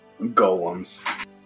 golems